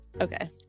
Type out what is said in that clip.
okay